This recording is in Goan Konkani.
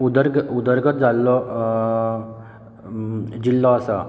उदरगत उदरगत जाल्लो जिल्लो आसा